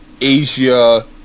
Asia